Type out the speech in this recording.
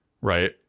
right